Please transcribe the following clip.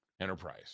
Enterprise